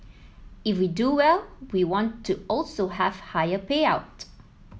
if we do well we want to also have higher payout